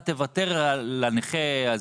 אתה תוותר בנכה הזה,